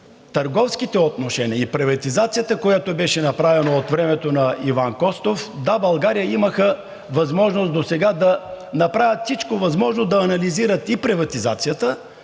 търговските отношения и приватизацията, която беше направена от времето на Иван Костов, „Да, България“ имаха възможност досега да направят всичко възможно да анализират и приватизацията,